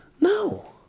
No